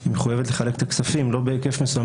היא מחויבת לחלק את הכספים, לא בהיקף מסוים.